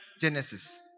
Genesis